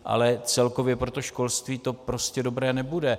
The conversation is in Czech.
Ale celkově pro školství to prostě dobré nebude.